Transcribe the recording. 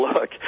look